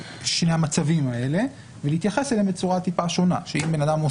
ובין שהוא נוקט לשון "המצאה" או לשון אחרת,